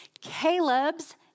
Caleb's